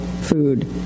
food